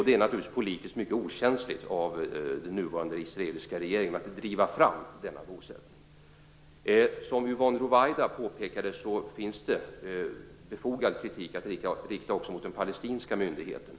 Det är naturligtvis politiskt mycket okänsligt av den nuvarande israeliska regeringen att driva fram denna bosättning. Som Yvonne Ruwaida påpekade finns det befogad kritik att rikta mot också den palestinska myndigheten.